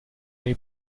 dei